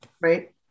Right